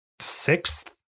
sixth